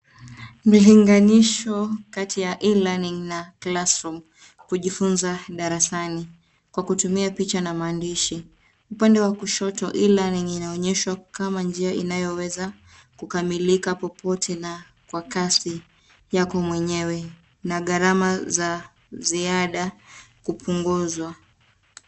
Milinganisho kati ya E-LEARNING na CLASSROOM, kujifunza darasani kwa kutumia picha na maandishi. Upande wa kushoto E-LEARNING inaonyeshwa kama njia inayoweza kukamilika popote na kwa kasi yako mwenyewe. Na gharama za ziada kupunguzwa.